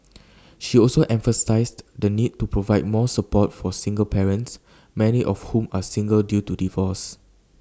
she also emphasised the need to provide more support for single parents many of whom are single due to divorce